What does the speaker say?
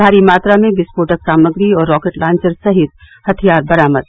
भारी मात्रा में विस्फोटक सामग्री और रॉकेट लांचर सहित हथियार बरामद